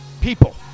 people